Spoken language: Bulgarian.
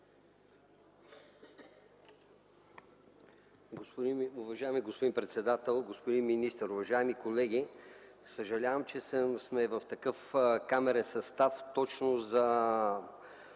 Уважаеми господин председател, господин министър, уважаеми колеги! Съжалявам, че сме в такъв камерен състав точно по